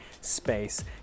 space